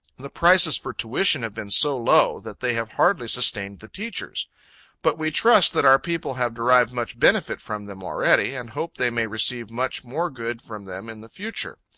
the prices for tuition have been so low, that they have hardly sustained the teachers but we trust that our people have derived much benefit from them already, and hope they may receive much more good from them in the future.